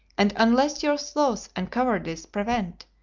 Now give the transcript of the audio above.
and unless your sloth and cowardice prevent,